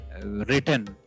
written